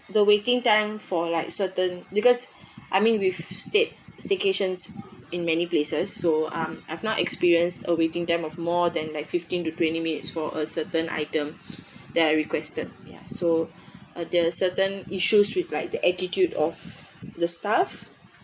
the waiting time for like certain because I mean we stayed staycations in many places so um I've not experienced a waiting time of more than like fifteen to twenty minutes for a certain item that I requested ya so uh the certain issues with like the attitude of the staff